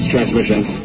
transmissions